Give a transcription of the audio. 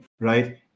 right